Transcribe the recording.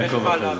אני אעקוב אחרי זה.